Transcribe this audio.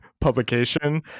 publication